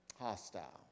hostile